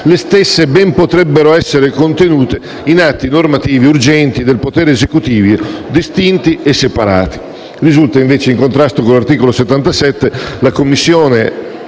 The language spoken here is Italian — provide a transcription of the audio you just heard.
le stesse ben potrebbero essere contenute in atti normativi urgenti del potere esecutivo distinti e separati. Risulta invece in contrasto con l'articolo 77 della Costituzione